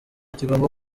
kigomba